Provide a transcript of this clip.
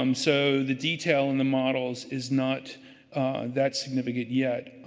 um so, the detail in the models is not that significant yet.